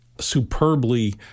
superbly